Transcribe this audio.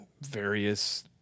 various